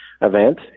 event